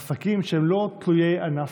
עסקים שהם לא תלויי ענף,